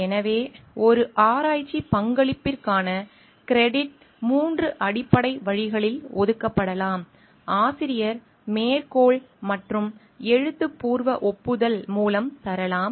எனவே ஒரு ஆராய்ச்சி பங்களிப்பிற்கான கிரெடிட் மூன்று அடிப்படை வழிகளில் ஒதுக்கப்படலாம் ஆசிரியர் மேற்கோள் மற்றும் எழுத்துப்பூர்வ ஒப்புதல் மூலம் தரலாம்